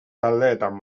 taldeetan